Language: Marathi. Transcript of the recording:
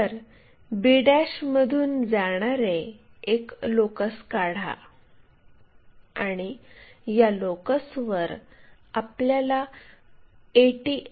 तर b मधून जाणारे एक लोकस काढा आणि या लोकसवर आपल्याला 80 मि